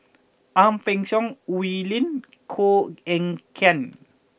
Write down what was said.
Ang Peng Siong Oi Lin Koh Eng Kian